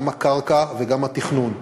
גם הקרקע וגם התכנון.